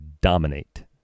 dominate